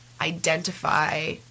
identify